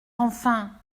enfin